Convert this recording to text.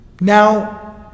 Now